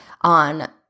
on